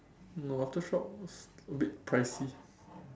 no Aftershock is a bit pricey